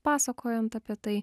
pasakojant apie tai